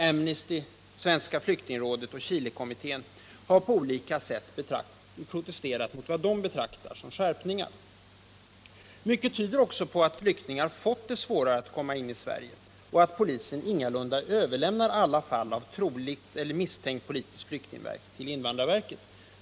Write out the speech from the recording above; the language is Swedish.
Amnesty, Svenska Flyktingrådet och Chilekommissionen har på olika sätt protesterat mot vad de betraktar som skärpningar. Mycket tyder också på att flyktingar fått det svårare att komma in i Sverige och att polisen ingalunda överlämnar alla fall av trolig eller misstänkt politisk flykting till invandrarverket.